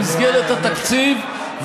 נגמר הזמן,